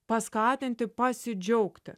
paskatinti pasidžiaugti